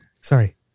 sorry